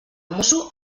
mosso